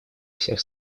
всех